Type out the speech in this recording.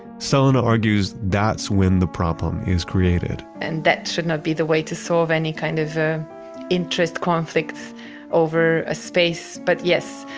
selena argues that's when the problem is created and that should not be the way to solve any kind of interest conflicts over a space. but yes,